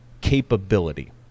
capability